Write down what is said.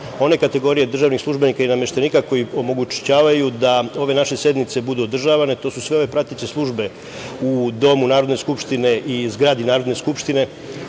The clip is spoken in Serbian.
one kategorije državnih službenika i nameštenika koji omogućavaju da ove naše sednice budu održavane, to su se ove prateće službe u domu Narodne skupštine i zgradi Narodne skupštine,